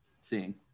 seeing